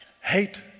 hate